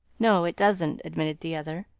no, it doesn't, admitted the other.